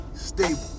stable